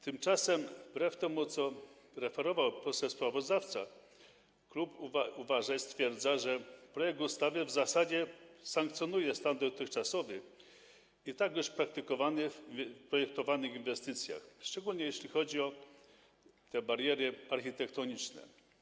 Tymczasem wbrew temu, co referował poseł sprawozdawca, klub uważa i stwierdza, że projekt ustawy w zasadzie sankcjonuje stan dotychczasowy i tak już praktykowany w projektowanych inwestycjach, szczególnie jeśli chodzi o te bariery architektoniczne.